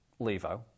levo